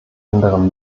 anderen